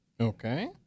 Okay